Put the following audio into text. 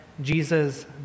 Jesus